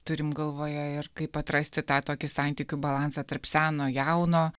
turim galvoje ir kaip atrasti tą tokį santykių balansą tarp seno jauno